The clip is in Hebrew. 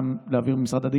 לחוק-יסוד: הממשלה,